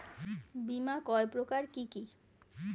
বীমা কয় প্রকার কি কি?